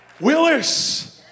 Willis